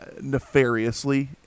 nefariously